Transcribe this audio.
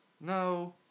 No